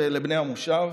זה לבני המושב,